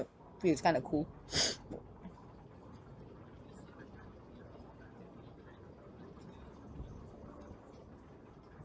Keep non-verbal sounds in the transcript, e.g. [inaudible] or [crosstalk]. feel it's kinda cool [noise]